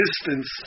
distance